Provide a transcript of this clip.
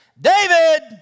David